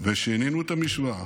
ושינינו את המשוואה: